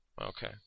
Okay